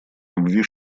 любви